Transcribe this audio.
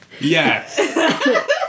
Yes